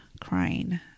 crying